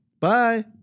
Bye